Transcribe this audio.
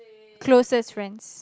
closest friends